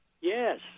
Yes